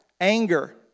anger